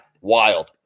wild